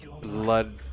Blood